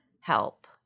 help